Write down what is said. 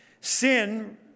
Sin